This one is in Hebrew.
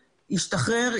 ישתחרר,